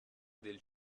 del